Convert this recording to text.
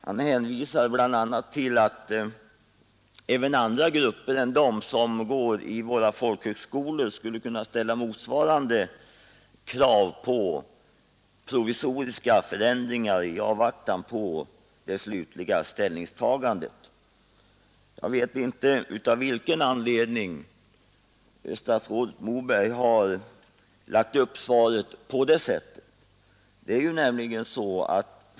Han hänvisar bl.a. till att även andra grupper än de som går i våra folkhögskolor skulle kunna ställa krav på provisoriska förändringar i avvaktan på det slutliga ställningstagandet. Jag vet inte av vilken anledning statsrådet Moberg har lagt upp svaret på det här sättet.